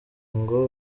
ngo